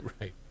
Right